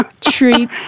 treat